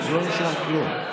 הכנסת קרעי.